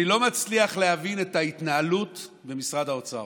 אני לא מצליח להבין את ההתנהלות במשרד האוצר,